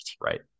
Right